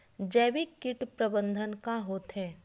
जैविक कीट प्रबंधन का होथे?